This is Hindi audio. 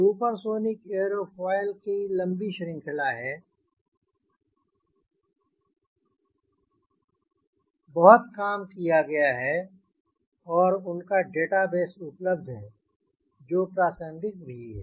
सुपरसोनिक एयरोफॉयल की लंबी श्रृंखला है बहुत काम किया गया है और उनका डेटाबेस उपलब्ध है जो प्रासंगिक भी है